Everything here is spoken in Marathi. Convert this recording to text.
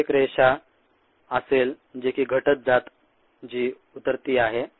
तर ही एक रेषा असेल जी की घटत जाते जी उतरती आहे